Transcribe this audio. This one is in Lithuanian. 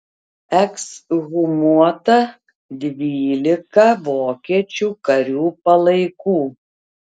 ekshumuota dvylika vokiečių karių palaikų